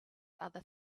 other